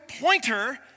pointer